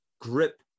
grip